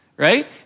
Right